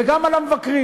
וגם על המבקרים.